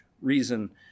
Reason